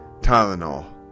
Tylenol